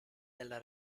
della